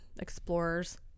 explorers